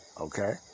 Okay